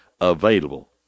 available